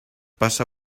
pasa